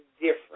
different